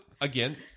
again